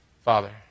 Father